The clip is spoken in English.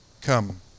come